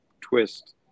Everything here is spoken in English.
twist